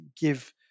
give